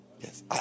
Yes